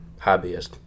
hobbyist